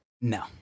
No